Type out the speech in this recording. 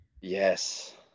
Yes